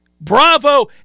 Bravo